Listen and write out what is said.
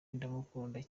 ndamukunda